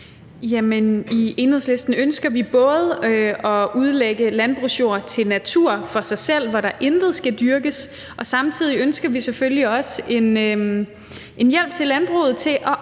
I Enhedslisten ønsker vi både at udlægge landbrugsjorder til natur for sig selv, hvor der intet skal dyrkes, og samtidig ønsker vi selvfølgelig også en hjælp til landbruget til at omstille sig